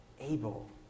Abel